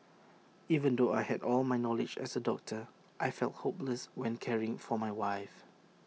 even though I had all my knowledge as A doctor I felt hopeless when caring for my wife